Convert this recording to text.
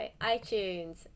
iTunes